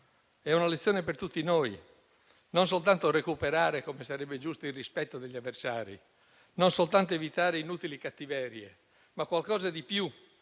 È una lezione per tutti noi: non soltanto recuperare, come sarebbe giusto, il rispetto degli avversari; non soltanto evitare inutili cattiverie, ma qualcosa di più,